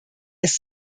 ist